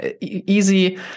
easy